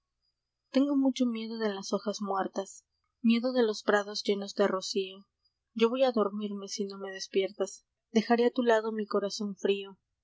engo mucho miedo de las hojas muertas miedo de los prados llenos de rocio yo voy a dormirme si no me despiertas dejaré a tu lado mi corazón frío